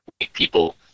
people